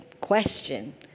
question